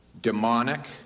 demonic